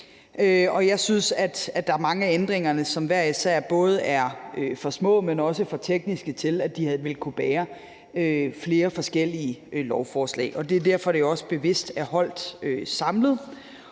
dag. Jeg synes, at der er mange af ændringerne, som hver især både er for små, men også for tekniske, til at de ville have kunnet bære flere forskellige lovforslag. Det er derfor, det også bevidst er holdt samlet.